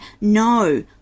No